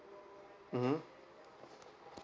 mmhmm